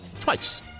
twice